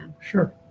sure